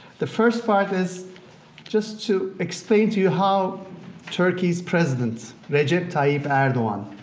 the first part is just to explain to you how turkey's president, recep tayyip erdogan,